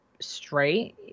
straight